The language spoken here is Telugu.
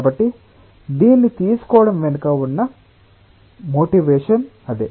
కాబట్టి దీన్ని తీసుకోవడం వెనుక ఉన్న ప్రేరణ అదే